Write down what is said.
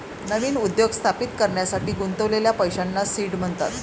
नवीन उद्योग स्थापित करण्यासाठी गुंतवलेल्या पैशांना सीड म्हणतात